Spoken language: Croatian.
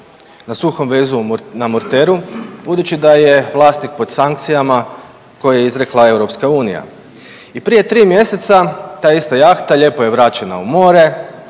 na suhom vezu na Murteru budući da je vlasnik pod sankcijama koje je izrekla EU. I prije 3 mjeseca, ta ista jahta lijepo je vraćena u more,